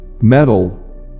Metal